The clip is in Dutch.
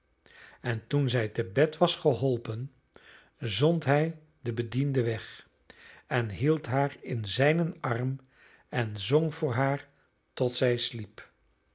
en toen zij te bed was geholpen zond hij de bedienden weg en hield haar in zijnen arm en zong voor haar tot zij sliep